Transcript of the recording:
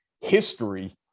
history